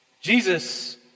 Jesus